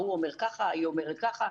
ההוא אומר ככה, ההיא אומרת ככה.